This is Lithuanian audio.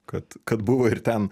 kad kad buvo ir ten